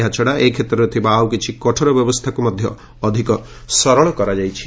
ଏହାଛଡ଼ା ଏ କ୍ଷେତ୍ରରେ ଥିବା ଆଉ କିଛି କଠୋର ବ୍ୟବସ୍ଥାକୁ ଅଧିକ ସରଳ କରାଯାଇଛି